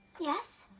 yes?